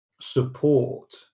support